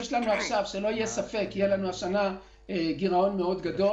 שלא יהיה ספק, יהיה לנו השנה גירעון מאוד גדול.